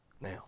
Now